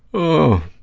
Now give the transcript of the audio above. oh.